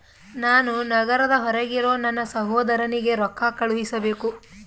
ನಾನು ನಗರದ ಹೊರಗಿರೋ ನನ್ನ ಸಹೋದರನಿಗೆ ರೊಕ್ಕ ಕಳುಹಿಸಬೇಕು